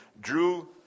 Drew